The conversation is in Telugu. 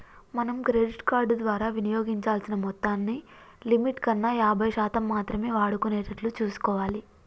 మనం క్రెడిట్ కార్డు ద్వారా వినియోగించాల్సిన మొత్తాన్ని లిమిట్ కన్నా యాభై శాతం మాత్రమే వాడుకునేటట్లు చూసుకోవాలి